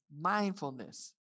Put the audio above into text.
mindfulness